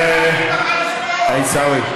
עיסאווי,